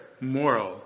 moral